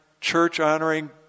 church-honoring